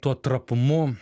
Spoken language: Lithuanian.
tuo trapumu